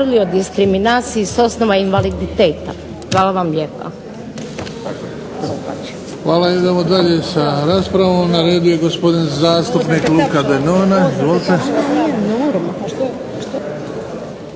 Hvala vam lijepa.